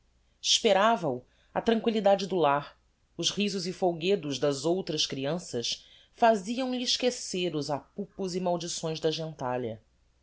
esperava-o a tranquillidade do lar os risos e folguedos das outras crianças faziam-lhe esquecer os apupos e maldições da